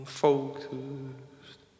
focused